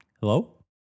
Hello